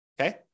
okay